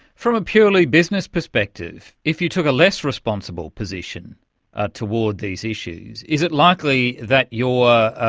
from a purely business perspective, if you took a less responsible position towards these issues, is it likely that your,